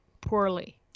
poorly